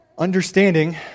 Understanding